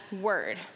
word